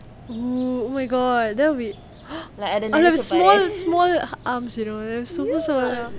oh oh my god that will be I will have small small arms you know that's super small